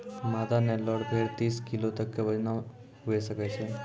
मादा नेल्लोरे भेड़ तीस किलो तक के वजनो के हुए सकै छै